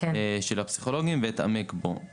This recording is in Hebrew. של הפסיכולוגים ואתעמק בו.